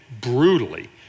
brutally